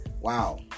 Wow